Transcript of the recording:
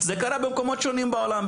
זה קרה במקומות שונים בעולם,